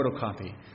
photocopy